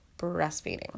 breastfeeding